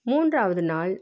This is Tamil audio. மூன்றாவது நாள்